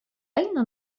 أين